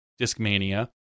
Discmania